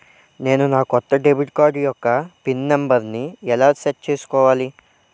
నేను నా కొత్త డెబిట్ కార్డ్ యెక్క పిన్ నెంబర్ని ఎలా సెట్ చేసుకోవాలి?